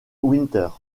winter